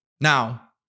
Now